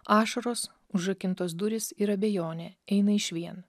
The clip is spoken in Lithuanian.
ašaros užrakintos durys ir abejonė eina išvien